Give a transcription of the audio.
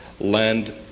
land